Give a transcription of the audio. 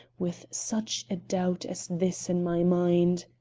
with such a doubt as this in my mind.